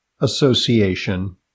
association